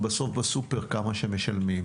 בסוף בסופר זה כמה שמשלמים.